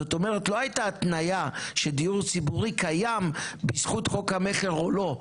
זאת אומרת לא הייתה התניה שדיור ציבורי קיים בזכות חוק המכר או לא,